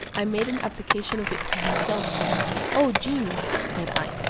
i made an application of it to himself o genie! said i,